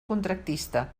contractista